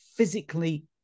physically